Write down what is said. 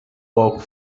walk